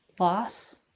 loss